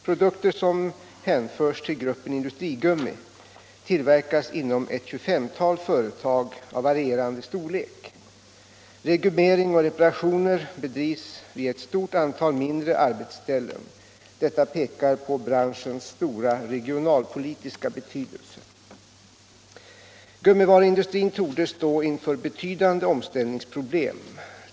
Produkter som hänförs till gruppen industrigummi tillverkas inom ca 25 företag av varierande storlek. Regummering och reparationer bedrivs vid ett stort antal mindre arbetsställen. Detta pekar på branschens stora regionalpolitiska betydelse. Gummivaruindustrin torde stå inför betydande omställningsproblem.